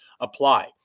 apply